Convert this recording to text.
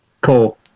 Cool